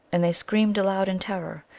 and they screamed aloud in terror,